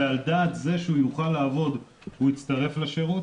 ועל דעת זה שהוא יוכל לעבוד הוא הצטרף לשירות.